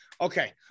Okay